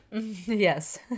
Yes